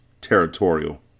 territorial